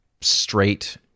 straight